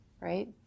right